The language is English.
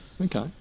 Okay